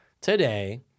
today